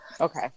Okay